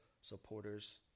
supporters